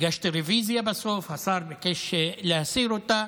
הגשתי רוויזיה בסוף, והשר ביקש להסיר אותה.